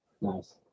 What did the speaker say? Nice